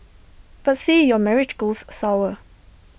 but say your marriage goes sour